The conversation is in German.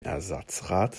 ersatzrad